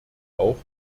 auch